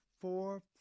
four